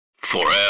Forever